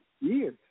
Years